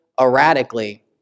erratically